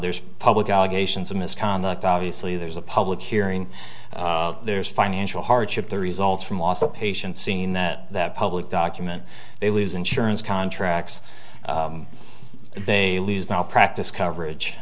there's public allegations of misconduct obviously there's a public hearing there's financial hardship the results from loss of patients seen that that public document they lose insurance contracts they lose malpractise coverage